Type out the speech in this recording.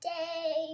day